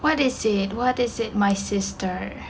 what they said what they said my sister